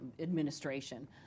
administration